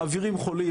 מעבירים חולים,